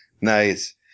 Nice